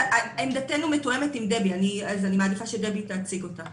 עמדתנו מתואמת עם דבי, אני מעדיפה שדבי תציג את זה